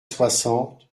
soixante